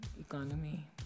economy